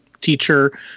teacher